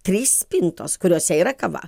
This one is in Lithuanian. trys spintos kuriose yra kava